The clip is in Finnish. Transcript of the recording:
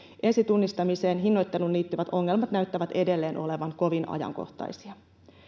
ensitunnistamisen hinnoitteluun liittyvät ongelmat näyttävät edelleen olevan kovin ajankohtaisia